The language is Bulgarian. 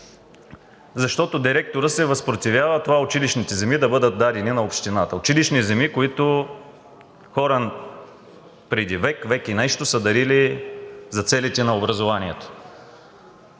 Директорът се възпротивява за това училищните земи да бъдат дадени на Общината. Училищни земи, които хора преди век и нещо са дарили за целите на образованието.